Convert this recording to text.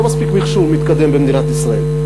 לא מספיק המחשוב המתקדם במדינת ישראל.